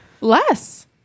less